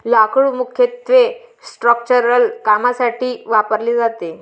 लाकूड मुख्यत्वे स्ट्रक्चरल कामांसाठी वापरले जाते